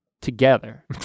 Together